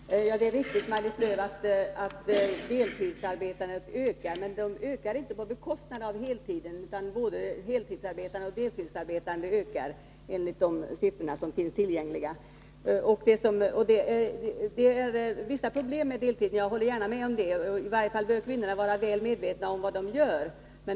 Herr talman! Det är riktigt, Maj-Lis Lööw, att deltidsarbetandet ökar — meniinte på bekostnad av heltidsarbetandet, utan både heltidsarbetandet och deltidsarbetandet ökar, enligt de siffror som finns tillgängliga. Jag håller gärna med om att det finns vissa problem med deltiden. I varje fall bör kvinnor vara väl medvetna om vad de gör.